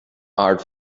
art